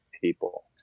people